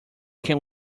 can